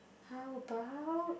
how about